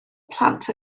plant